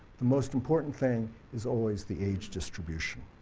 the most important thing is always the age distribution.